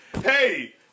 Hey